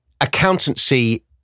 accountancy